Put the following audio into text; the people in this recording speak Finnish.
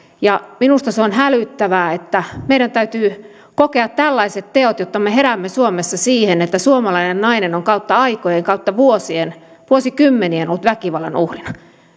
ja minusta se on hälyttävää että meidän täytyy kokea tällaiset teot jotta me heräämme suomessa siihen että suomalainen nainen on kautta aikojen kautta vuosien vuosikymmenien ollut väkivallan uhrina